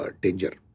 danger